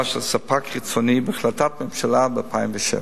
של ספק חיצוני בהחלטת ממשלה ב-2007.